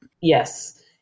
Yes